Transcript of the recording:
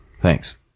Thanks